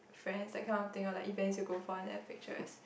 friends that kind of thing or like events you go for and have pictures